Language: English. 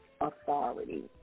authority